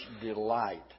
delight